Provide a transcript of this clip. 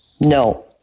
no